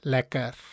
Lekker